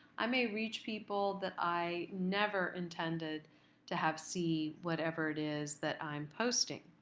i may reach people that i never intended to have see whatever it is that i'm posting.